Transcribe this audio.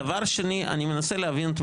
הדרך הזו